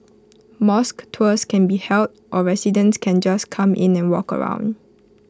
mosque tours can be held or residents can just come in and walk around